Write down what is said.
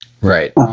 Right